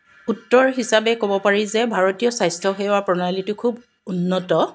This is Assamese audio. উত্তৰ হিচাপে ক'ব পাৰি যে ভাৰতীয় স্বাস্থ্যসেৱা প্ৰণালীটো খুব উন্নত